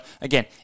again